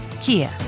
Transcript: Kia